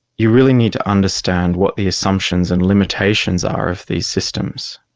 you really need to understand what the assumptions and limitations are of these systems.